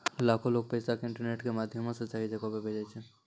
लाखो लोगें पैसा के इंटरनेटो के माध्यमो से सही जगहो पे भेजै छै